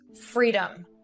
freedom